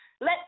let